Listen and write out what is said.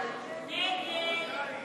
ההצעה